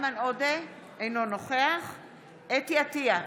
אינו נוכח חוה אתי עטייה,